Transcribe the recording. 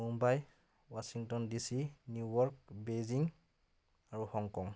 Mumbai Washington D C New York বেইজিংক আৰু Hong কং